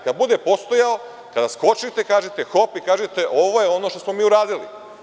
Kada bude postojao, kada skočite kažite hop i kažite ovo je ono što smo mi uradili.